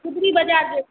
गुदड़ी बजार जे